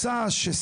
אבל זו שאלה